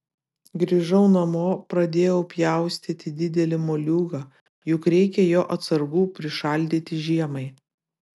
grįžau namo pradėjau pjaustyti didelį moliūgą juk reikia jo atsargų prišaldyti žiemai